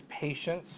patience